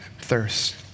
thirst